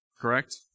correct